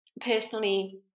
personally